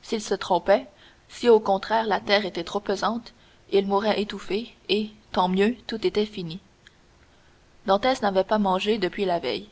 s'il se trompait si au contraire la terre était trop pesante il mourait étouffé et tant mieux tout était fini dantès n'avait pas mangé depuis la veille